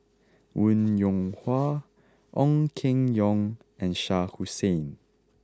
Wong Yoon Wah Ong Keng Yong and Shah Hussain